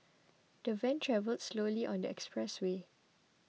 the van travelled slowly on the expressway